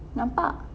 nampak